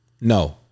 No